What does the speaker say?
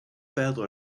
perdre